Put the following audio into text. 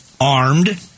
armed